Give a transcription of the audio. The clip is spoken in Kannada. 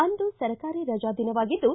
ಅಂದು ಸರ್ಕಾರಿ ರಜಾ ದಿನವಾಗಿದ್ದು